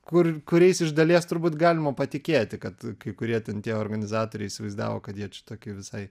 kur kuriais iš dalies turbūt galima patikėti kad kai kurie ten tie organizatoriai įsivaizdavo kad jie čia tokį visai